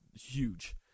huge